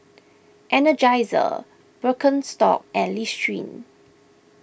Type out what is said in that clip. Energizer Birkenstock and Listerine